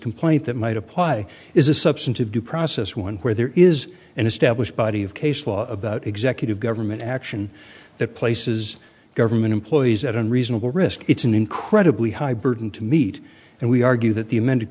complaint that might apply is a substantive due process one where there is an established body of case law about executive government action that places government employees at unreasonable risk it's an incredibly high burden to meet and we argue that the amended